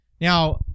Now